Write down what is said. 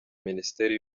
minisiteri